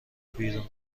بیرون